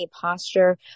posture